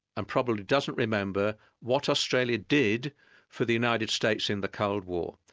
and probably doesn't remember what australia did for the united states in the cold war.